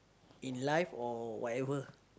in life or whatever